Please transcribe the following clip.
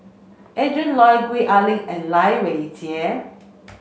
Adrin Loi Gwee Ah Leng and Lai Weijie